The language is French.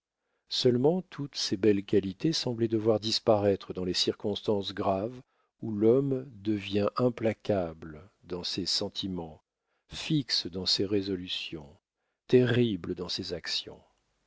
seulement toutes ces belles qualités semblaient devoir disparaître dans les circonstances graves où l'homme devient implacable dans ses sentiments fixe dans ses résolutions terrible dans ses actions